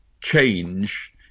change